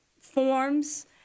forms